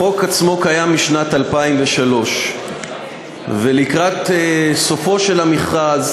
החוק עצמו קיים משנת 2003, ולקראת סופו של המכרז